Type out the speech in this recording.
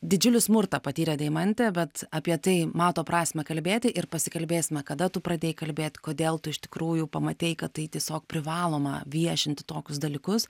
didžiulį smurtą patyrė deimantė bet apie tai mato prasmę kalbėti ir pasikalbėsime kada tu pradėjai kalbėt kodėl tu iš tikrųjų pamatei kad tai tiesiog privaloma viešinti tokius dalykus